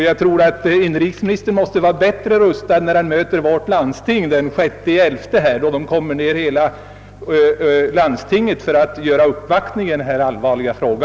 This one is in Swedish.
Jag tror att inrikesministern måste vara bättre rustad när han möter vårt landstivg den 6 november, då hela laudstinget kommer för att göra uppvakiuirg i denna allvarliga fråga.